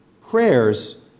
prayers